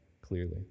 clearly